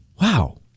Wow